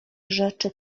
rzeczy